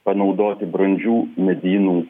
panaudoti brandžių medynų